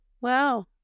Wow